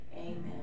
amen